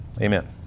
Amen